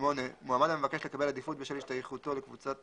מועמד המבקש לקבל עדיפות בשל השתייכותו לקבוצת